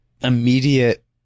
immediate